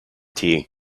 tea